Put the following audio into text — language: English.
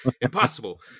Impossible